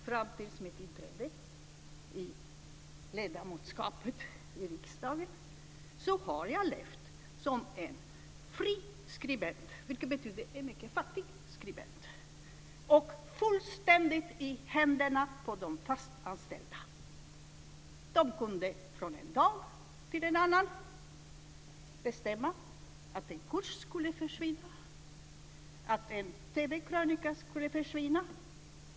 Fram till mitt inträde som ledamot i riksdagen levde jag som fri skribent, vilket betydde att jag var en mycket fattig skribent. Jag var fullständigt i händerna på de fast anställda. De kunde från en dag till en annan bestämma att en kurs skulle försvinna eller att en TV-krönika skulle läggas ned.